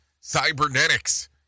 Cybernetics